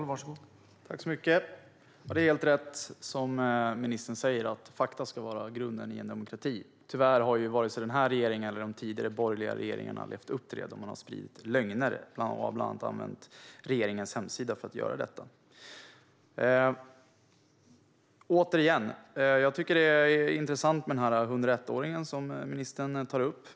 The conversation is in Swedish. Herr talman! Det är helt rätt som ministern säger: Fakta ska vara grunden i en demokrati. Tyvärr har varken denna regering eller de tidigare borgerliga regeringarna levt upp till det - man har spridit lögner och bland annat regeringens hemsida för att göra detta. Jag tycker att det är intressant med den 101-åring som ministern tog upp.